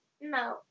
No